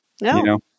no